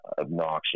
obnoxious